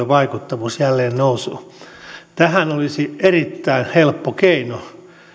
vaikuttavuus jälleen nousuun tähän olisi erittäin helppo keino